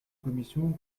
commission